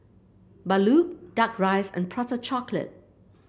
Bahulu duck rice and Prata Chocolate